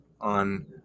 on